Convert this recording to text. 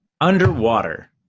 Underwater